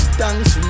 thanks